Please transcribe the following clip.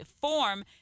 form